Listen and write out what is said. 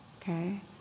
okay